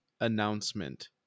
announcement